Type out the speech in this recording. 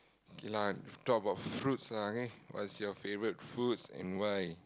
okay lah talk about fruits lah okay what is your favourite fruits and why